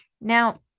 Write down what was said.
Now